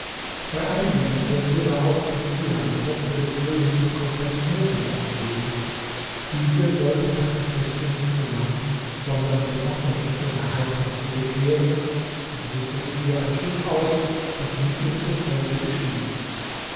bei einem dieser fest war auch safia die tochter des königs von konstantinopel anwesend diese wollte nach dem feste nicht zu land sondern zu wasser in ihre heimat zurückkehren man rüstete ihr ein schiff aus das sie mit ihrem gefolge bestieg